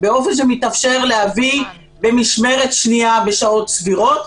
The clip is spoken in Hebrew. באופן שמתאפשר להביא במשמרת שנייה בשעות סדירות,